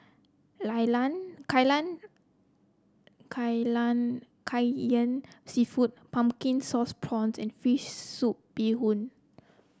lan lan Kai Lan Kai Lan kai yan seafood Pumpkin Sauce Prawns and fish soup Bee Hoon